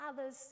others